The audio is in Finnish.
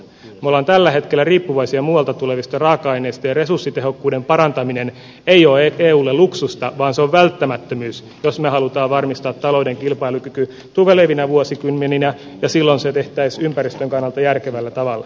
me olemme tällä hetkellä riippuvaisia muualta tulevista raaka aineista ja resurssitehokkuuden parantaminen ei ole eulle luksusta vaan se on välttämättömyys jos me haluamme varmistaa talouden kilpailukyvyn tulevina vuosikymmeninä ja silloin se tehtäisiin ympäristön kannalta järkevällä tavalla